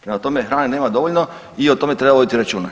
Prema tome, hrane nema dovoljno i o tome treba voditi računa.